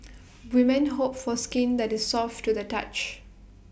women hope for skin that is soft to the touch